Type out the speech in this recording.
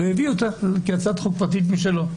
והביא אותה כהצעת חוק פרטית משלו.